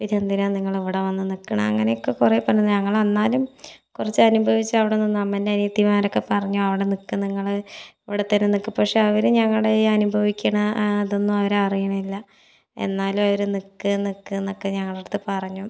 പിന്നെന്തിനാ നിങ്ങളിവിടെ വന്ന് നിൽക്കണത് അങ്ങനെയൊക്കെ കുറേ പറഞ്ഞു ഞങ്ങളെന്നാലും കുറച്ചനുഭവിച്ച് അവിടെ നിന്ന് അമ്മൻ്റെ അനിയത്തിമാരൊക്കെ പറഞ്ഞു അവിടെ നിൽക്ക് നിങ്ങൾ ഇവിടെ തന്നെ നിൽക്ക് പക്ഷെ അവർ ഞങ്ങളുടെ ഈ അനുഭവിക്കണ ആ അതൊന്നും അവരറിയണില്ല എന്നാലും അവർ നിൽക്ക് നിൽക്ക് എന്നൊക്കെ ഞങ്ങളുടെ അടുത്ത് പറഞ്ഞു